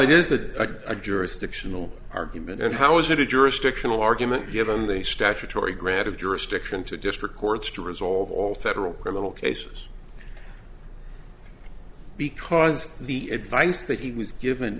it is a jurisdictional argument and how is that a jurisdictional argument given the statutory grant of jurisdiction to district courts to resolve all federal criminal cases because the advice that he was given